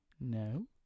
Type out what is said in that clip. No